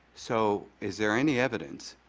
so is there any evidence?